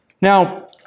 Now